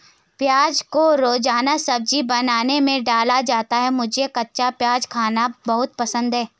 प्याज को रोजाना सब्जी बनाने में डाला जाता है मुझे कच्चा प्याज खाना बहुत पसंद है